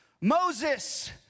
Moses